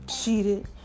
cheated